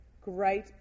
Great